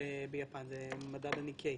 מדד הניקיי.